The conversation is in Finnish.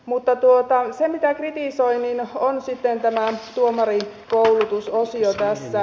mutta se mitä kritisoin on sitten tämä tuomarikoulutusosio tässä